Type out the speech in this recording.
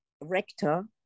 rector